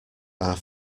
are